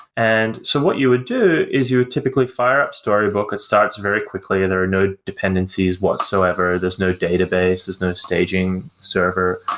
and so what you would do is you would typically fire up storybook. it starts very quickly and there are no dependencies, whatsoever there's no database, there's no staging server.